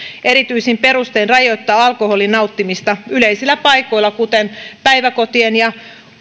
erityisin perustein rajoittaa alkoholin nauttimista yleisillä paikoilla kuten päiväkotien ja